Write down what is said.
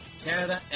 Canada